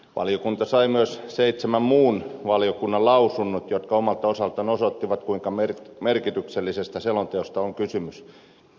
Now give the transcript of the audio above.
valiokunta sai myös seitsemän muun valiokunnan lausunnot jotka omalta osaltaan osoittivat kuinka merkityksellisestä selonteosta on kysymys